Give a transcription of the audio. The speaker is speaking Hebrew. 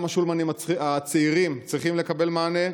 גם השולמנים הצעירים צריכים לקבל מענה.